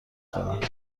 دارند